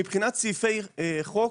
מבחינת סעיפי חוק,